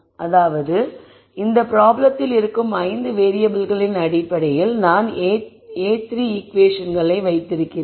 அதாவது இந்த ப்ராப்ளத்தில் இருக்கும் 5 வேறியபிள்கள் அடிப்படையில் நான் A₃ ஈகுவேஷன்களை வைத்திருக்கிறேன்